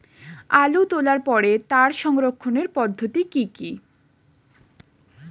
আলু তোলার পরে তার সংরক্ষণের পদ্ধতি কি কি?